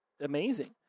amazing